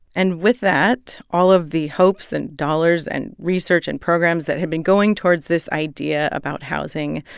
and with that, all of the hopes and dollars and research and programs that had been going towards this idea about housing,